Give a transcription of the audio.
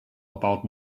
about